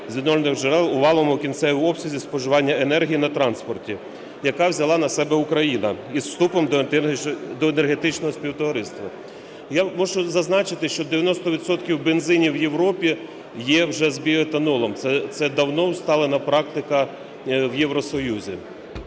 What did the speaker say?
з відновлювальних джерел у валовому кінцевому обсязі споживання енергії на транспорті, яке взяла на себе Україна зі вступом до Енергетичного Співтовариства. Я мушу зазначити, що 90 відсотків бензинів в Європі є вже з біоетанолом. Це давно усталена практика в Євросоюзі.